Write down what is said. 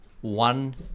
one